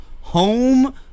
Home